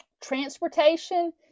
Transportation